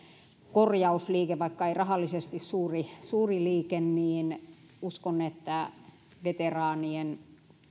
korjausliike vaikka ei rahallisesti suuri suuri liike ja uskon että veteraanien